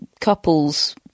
couples